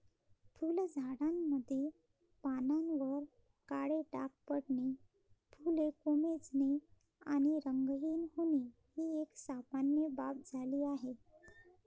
फुलझाडांमध्ये पानांवर काळे डाग पडणे, फुले कोमेजणे आणि रंगहीन होणे ही सामान्य बाब झाली आहे